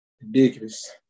Ridiculous